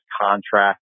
contract